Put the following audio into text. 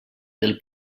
del